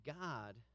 God